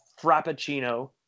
Frappuccino